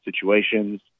situations